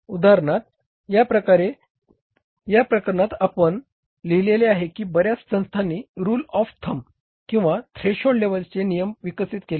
उदाहरणार्थ या प्रकरणात आम्ही लिहिले आहे की बर्याच संस्थांनी रुल ऑफ थंब नियम विकसित केले आहेत